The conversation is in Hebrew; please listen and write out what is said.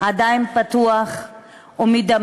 עדיין פתוח ומדמם.